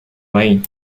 lane